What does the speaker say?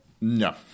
No